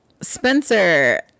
spencer